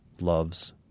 loves